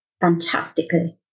fantastically